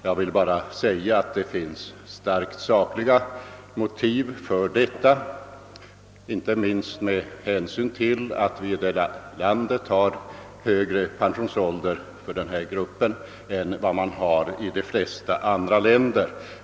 Jag vill bara säga att det finns starka sakliga skäl, inte minst det att vi här i landet har högre pensionsålder för denna grupp än de flesta andra länder.